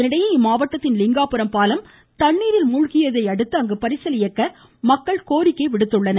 இதனிடையே இம்மாவட்டத்தில் தண்ணீரில் மூழ்கியதையடுத்து அங்கு பரிசல் இயக்க மக்கள் கோரிக்கை விடுத்துள்ளனர்